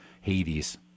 Hades